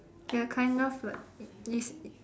ya kind of but it's